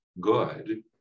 good